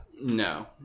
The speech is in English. No